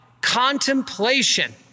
Contemplation